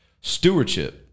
Stewardship